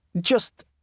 Just